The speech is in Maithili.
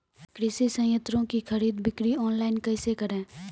कृषि संयंत्रों की खरीद बिक्री ऑनलाइन कैसे करे?